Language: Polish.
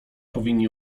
powinni